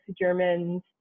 Germans